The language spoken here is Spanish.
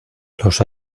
los